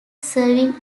serving